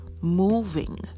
moving